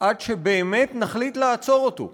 עד שבאמת נחליט לעצור אותו,